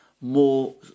more